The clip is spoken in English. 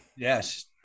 Yes